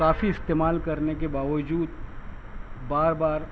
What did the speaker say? کافی استعمال کرنے کے باوجود بار بار